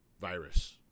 virus